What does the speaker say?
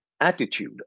attitude